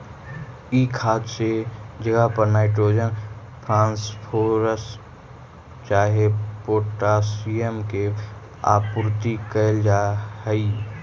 ई खाद के जगह पर नाइट्रोजन, फॉस्फोरस चाहे पोटाशियम के आपूर्ति कयल जा हई